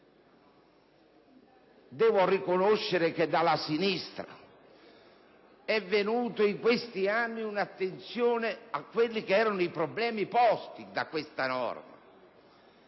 devo riconoscere che dalla sinistra è venuta in questi anni un'attenzione ai problemi posti da questa norma.